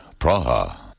Praha